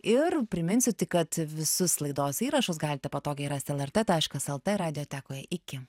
ir priminsiu tik kad visus laidos įrašus galite patogiai rast lrt taškas lt radiotekoj iki